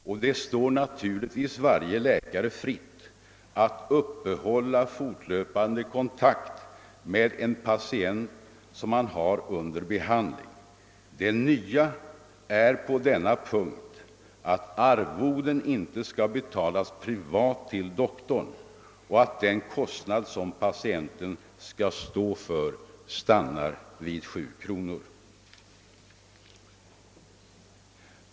Och det kommer naturligtvis att stå varje läkare fritt att uppehålla fortlöpande kontakt med en patient som han har under behandling. Det nya på denna punkt är att arvodet inte skall betalas privat till doktorn och att den kostnad, som patienten skall 'stå för, stannar vid 7 kronor.